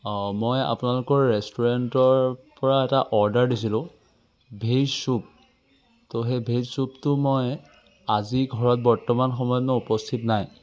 অ মই আপোনালোকৰ ৰেষ্টুৰেণ্টৰ পৰা এটা অৰ্ডাৰ দিছিলোঁ ভেজ চুপ ত' সেই ভেজ চুপটো মই আজি ঘৰত বৰ্ত্তমান সময়ত মই উপস্থিত নাই